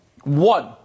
One